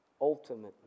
ultimately